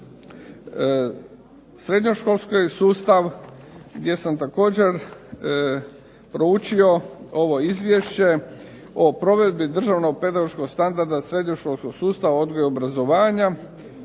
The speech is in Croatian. srednjoškolski sustav, gdje sam također proučio ovo izvješće o provedbi državnog pedagoškog standarda srednjoškolskog sustava odgoja i obrazovanja,